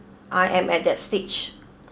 I am at that stage